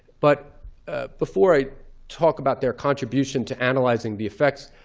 but before i talk about their contribution to analyzing the effects,